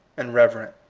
and reverent.